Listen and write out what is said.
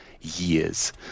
years